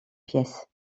pièces